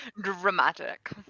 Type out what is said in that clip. dramatic